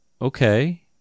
Okay